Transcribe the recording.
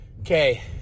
okay